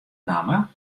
namme